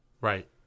Right